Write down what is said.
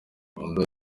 undi